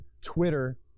Twitter